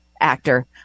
actor